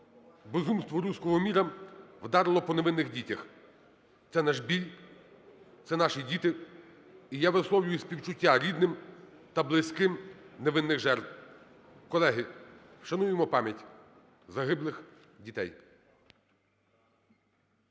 Безумство "русского мира" вдарило по невинних дітях. Це наш біль, це наші діти. І я висловлюю співчуття рідним та близьким невинних жертв. Колеги, вшануємо пам'ять загиблих дітей.